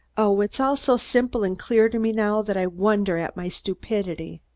oh, it's all so simple and clear to me now that i wonder at my stupidity.